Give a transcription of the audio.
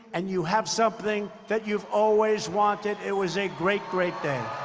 and you have something that you've always wanted. it was a great, great day.